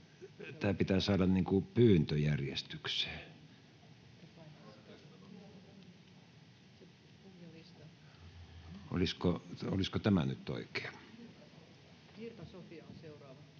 tämä pitää saada pyyntöjärjestykseen. Olisiko tämä nyt oikea? [Eduskunnasta: Virta, Sofia on seuraava.]